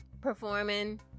Performing